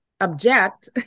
object